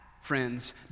friends